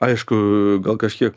aišku gal kažkiek